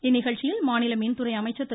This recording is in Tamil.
இந்நிகழ்ச்சியில் மாநில மின்துறை அமைச்சர் திரு